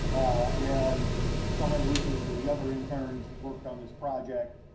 and chalet lucas were the other interns that worked on this project,